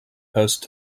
post